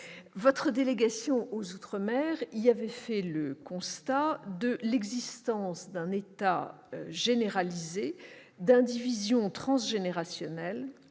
Votre délégation y avait fait le constat de l'existence d'un état généralisé d'indivision transgénérationnelle,